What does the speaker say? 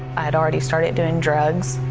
i had already started doing drugs